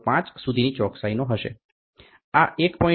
005 સુધીની ચોક્સાઈનો હશે આ 1